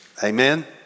Amen